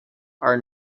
are